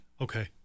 Okay